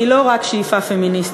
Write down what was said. היא לא רק שאיפה פמיניסטית,